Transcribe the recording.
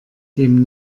dem